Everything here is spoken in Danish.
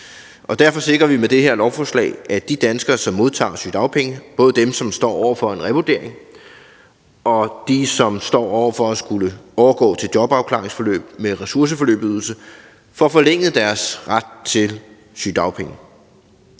og derfor sikrer vi med det her lovforslag, at de danskere, som modtager sygedagpenge, både dem, som står over for en revurdering, og dem, som står over for at skulle overgå til jobafklaringsforløb med ressourceforløbsydelse, får forlænget deres ret til sygedagpenge.